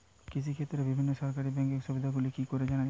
কৃষিক্ষেত্রে বিভিন্ন সরকারি ব্যকিং সুবিধাগুলি কি করে জানা যাবে?